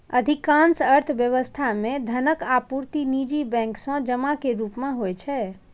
अधिकांश अर्थव्यवस्था मे धनक आपूर्ति निजी बैंक सं जमा के रूप मे होइ छै